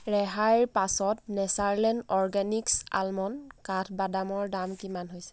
ৰেহাইৰ পাছত Natureland Organics almond কাঠবাদামৰ দাম কিমান হৈছে